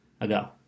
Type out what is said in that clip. ago